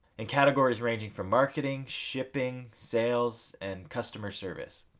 in categories ranging from marketing, shipping, sales and customer service.